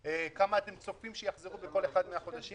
כמה אתם צופים שיחזרו בכל אחד מהחודשים.